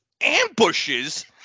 ambushes